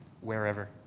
wherever